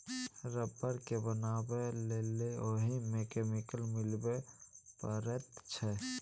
rubber केँ बनाबै लेल ओहि मे केमिकल मिलाबे परैत छै